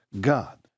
god